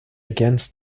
against